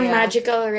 magical